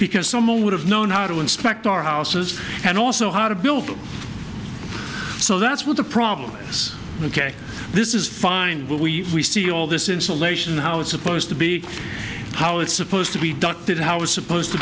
because someone would have known how to inspect our houses and also how to build them so that's what the problem is ok this is fine but we see all this insulation how it's supposed to be how it's supposed to be ducted how it's supposed to